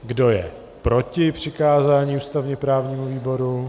Kdo je proti přikázání ústavněprávnímu výboru?